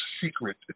secret